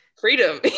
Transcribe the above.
freedom